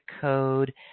code